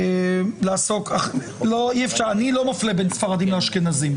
אני לא מפלה בין ספרדים לאשכנזים,